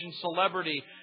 celebrity